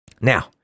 Now